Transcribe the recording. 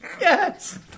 Yes